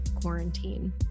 quarantine